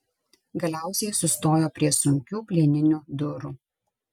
galiausiai sustojo prie sunkių plieninių durų